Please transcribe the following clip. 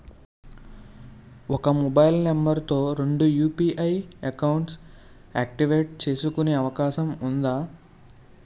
ఒక mobile number తో రెండు యు.పి.ఐ అకౌంట్స్ యాక్టివేట్ చేసుకునే అవకాశం వుందా?